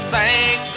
Thank